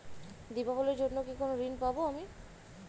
দীপাবলির জন্য কি কোনো ঋণ পাবো আমি?